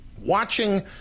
watching